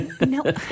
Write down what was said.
No